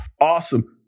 Awesome